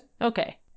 okay